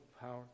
power